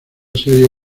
serie